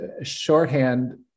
shorthand